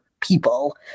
people